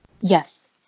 Yes